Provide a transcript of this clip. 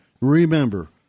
remember